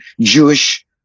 Jewish